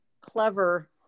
clever